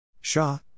Shah